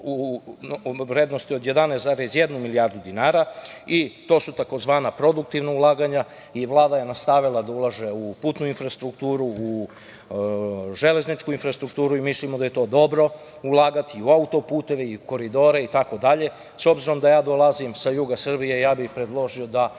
u vrednosti od 11,1 milijardu dinara i to su tzv. produktivna ulaganja. Vlada je nastavila da ulaže u putnu infrastrukturu, u železničku infrastrukturu i mislimo da je to dobro ulagati u autoputeve, koridore, itd.S obzorom da dolazim sa juga Srbije, predložio